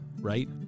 right